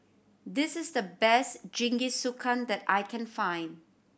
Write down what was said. this is the best Jingisukan that I can find